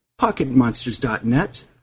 Pocketmonsters.net